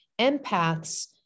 empaths